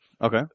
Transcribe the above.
Okay